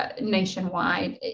nationwide